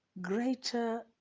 greater